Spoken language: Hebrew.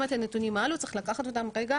גם את הנתונים האלה צריך לקחת בקונטקסט